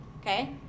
Okay